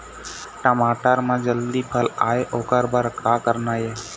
टमाटर म जल्दी फल आय ओकर बर का करना ये?